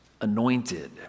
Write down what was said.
anointed